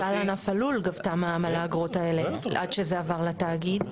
גם המועצה לענף הלול גבתה מע"מ על האגרות האלה עד שזה עבר לתאגיד.